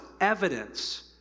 evidence